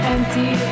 Empty